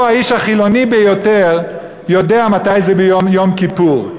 האיש החילוני ביותר יודע מתי זה יום כיפור.